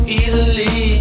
easily